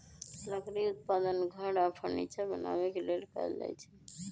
लकड़ी उत्पादन घर आऽ फर्नीचर बनाबे के लेल कएल जाइ छइ